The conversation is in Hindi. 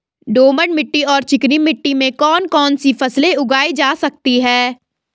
दोमट मिट्टी और चिकनी मिट्टी में कौन कौन सी फसलें उगाई जा सकती हैं?